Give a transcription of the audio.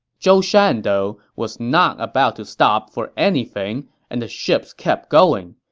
zhou shan, though, was not about to stop for anything and the ships kept going.